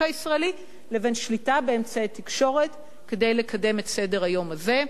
הישראלי לבין שליטה באמצעי תקשורת כדי לקדם את סדר-היום הזה.